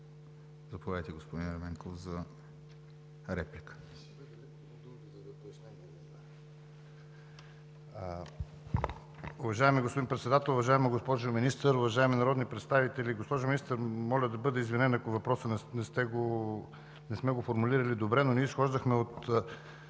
Заповядайте, господин Ерменков, за реплика.